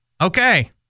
Okay